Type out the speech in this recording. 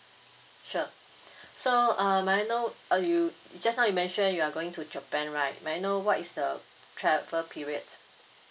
sure so uh may I know uh you just now you mentioned you are going to japan right may I know what is the travel periods